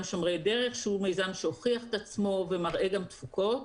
"שומרי דרך" שהוא מיזם שהוכיח את עצמו ומראה גם תפוקות.